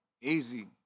easy